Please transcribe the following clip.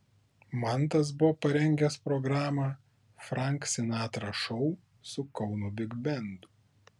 mantas buvo parengęs programą frank sinatra šou su kauno bigbendu